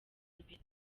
imbere